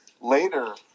later